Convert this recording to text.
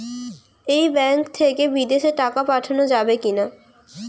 এই ব্যাঙ্ক থেকে বিদেশে টাকা পাঠানো যাবে কিনা?